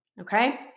Okay